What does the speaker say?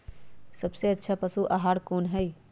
सबसे अच्छा पशु आहार कोन हई?